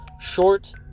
short